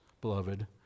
beloved